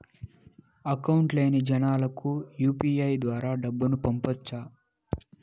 Account లేని జనాలకు UPI ద్వారా డబ్బును పంపొచ్చా?